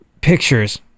pictures